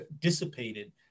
dissipated